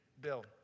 Bill